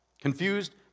Confused